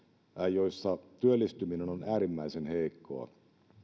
joissa työllistyminen on äärimmäisen heikkoa